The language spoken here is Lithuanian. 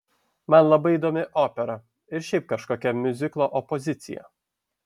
man labai įdomi opera ir šiaip kažkokia miuziklo opozicija